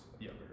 younger